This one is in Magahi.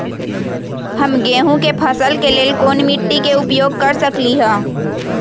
हम गेंहू के फसल के लेल कोन मिट्टी के उपयोग कर सकली ह?